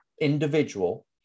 individual